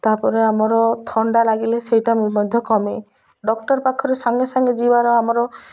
ତା'ପରେ ଆମର ଥଣ୍ଡା ଲାଗିଲେ ସେଇଟା ମଧ୍ୟ କମେ ଡକ୍ଟର ପାଖରେ ସାଙ୍ଗେ ସାଙ୍ଗେ ଯିବାର ଆମର